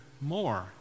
more